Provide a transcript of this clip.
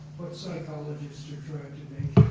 psychologists are trying